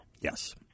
Yes